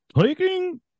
Taking